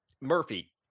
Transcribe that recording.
Murphy